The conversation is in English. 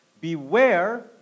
Beware